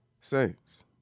Saints